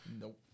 Nope